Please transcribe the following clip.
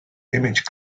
image